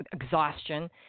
exhaustion